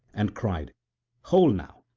and cried hold now,